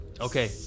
Okay